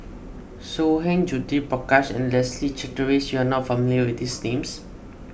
So Heng Judith Prakash and Leslie Charteris you are not familiar with these names